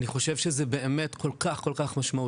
אני חושב שזה באמת כל כך משמעותי.